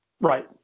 Right